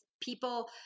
people